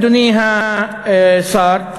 אדוני השר,